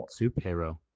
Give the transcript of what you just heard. superhero